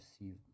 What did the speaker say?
receive